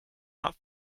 that